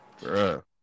Bruh